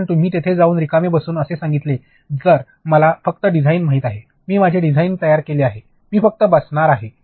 कारण तुम्ही तिथे जाऊन रिकामे बसून असे सांगितले तर मला फक्त डिझाईन माहित आहे मी माझे डिझाइन तयार केले आहे मी फक्त बसणार आहे